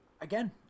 Again